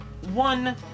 one